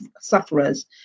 sufferers